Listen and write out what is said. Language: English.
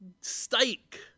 steak